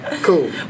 Cool